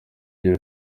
igira